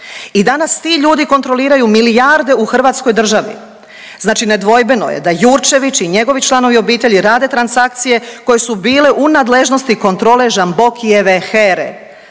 i danas ti ljudi kontroliraju milijarde u hrvatskoj državi. Znači nedvojbeno je da Jurčević i njegovi članovi obitelji rade transakcije koje su bile u nadležnosti kontrole Žambokijeve